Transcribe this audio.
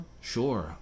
Sure